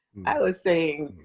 i was saying,